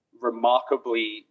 remarkably